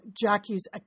Jackie's